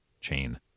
chain